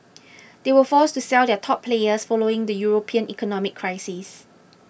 they were forced to sell their top players following the European economic crisis